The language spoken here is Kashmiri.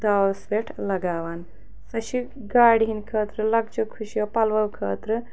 داوَس پٮ۪ٹھ لَگاوان سۄ چھِ گاڑِ ہِنٛدۍ خٲطرٕ لَکچہٕ خوشیو پَلوَو خٲطرٕ